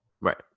Right